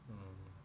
mm